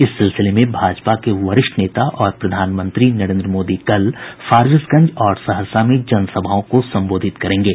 इस सिलसिले में भाजपा के वरिष्ठ नेता और प्रधानमंत्री नरेन्द्र मोदी कल फारबिसगंज और सहरसा में जन सभाओं को संबोधित करेंगे